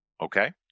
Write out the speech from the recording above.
okay